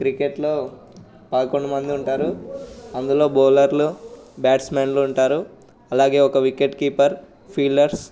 క్రికెట్లో పదకొండు మంది ఉంటారు అందులో బౌలర్లు బ్యాట్స్మెన్లు ఉంటారు అలాగే ఒక వికెట్ కీపర్ ఫీల్డర్స్